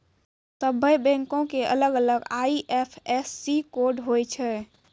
सभ्भे बैंको के अलग अलग आई.एफ.एस.सी कोड होय छै